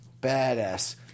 badass